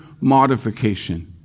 modification